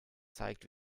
zeigt